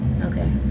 Okay